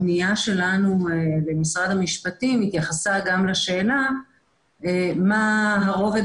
הפניה שלנו למשרד המשפטים התייחסה גם לשאלה מה הרובד